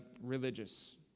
religious